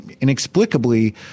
inexplicably